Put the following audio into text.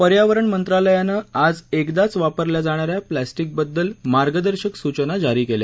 पर्यावरण मंत्रालयानं आज एकदाच वापरल्याजाणा या प्लॅस्टिकबद्दल मार्गदर्शक सूचना जारी केल्या